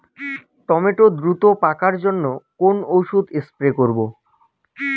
Tomato দ্রুত পাকার জন্য কোন ওষুধ স্প্রে করব?